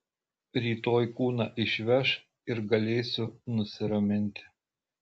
rytoj kūną išveš ir galėsiu nusiraminti